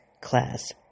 class